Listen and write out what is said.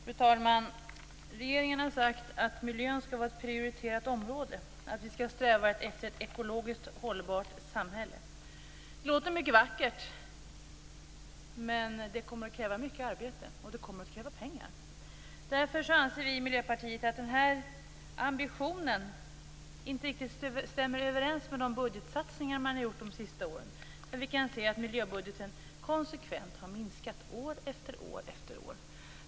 Fru talman! Regeringen har sagt att miljön skall vara ett prioriterat område, att vi skall sträva efter ett ekologiskt hållbart samhälle. Det låter mycket vackert, men det kommer att kräva mycket arbete, och det kommer att kräva pengar. Därför anser vi i Miljöpartiet att den här ambitionen inte riktigt stämmer överens med de budgetsatsningar man har gjort de senaste åren. Vi kan se att miljöbudgeten konsekvent har minskat år efter år.